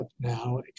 now